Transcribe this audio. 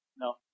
No